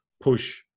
push